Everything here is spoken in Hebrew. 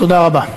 תודה רבה.